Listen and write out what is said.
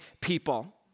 people